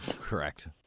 Correct